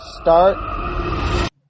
start